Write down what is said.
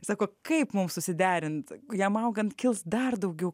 sako kaip mum susiderint jam augant kils dar daugiau